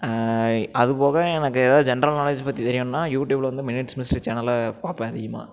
அது போக எனக்கு எதாவது ஜென்ரல் நாலேஜ் பற்றி தெரியணுன்னா யூடியூப்பில் வந்து மினிட்ஸ் மிஸ்ட்ரி சேனலை பார்ப்பேன் அதிகமாக